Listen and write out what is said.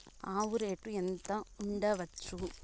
ఆవు రేటు ఎంత ఉండచ్చు?